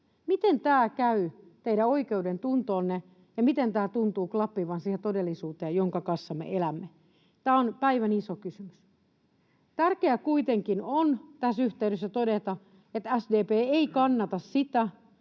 Miten tämä käy teidän oikeudentuntoonne, ja miten tämä tuntuu klappivan siihen todellisuuteen, jonka kanssa me elämme? Tämä on päivän iso kysymys. Tärkeää kuitenkin on tässä yhteydessä todeta, että SDP ei kannata sitä